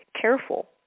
careful